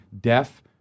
deaf